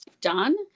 done